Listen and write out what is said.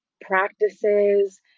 practices